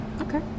Okay